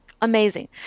amazing